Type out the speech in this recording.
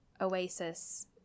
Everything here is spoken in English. oasis